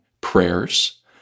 prayers